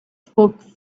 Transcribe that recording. spoke